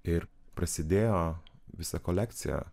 ir prasidėjo visa kolekcija